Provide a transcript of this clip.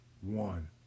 One